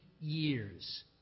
years